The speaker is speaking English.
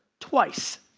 twice.